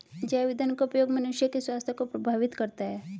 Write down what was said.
जैव ईंधन का उपयोग मनुष्य के स्वास्थ्य को प्रभावित करता है